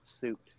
suit